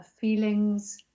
feelings